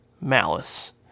Malice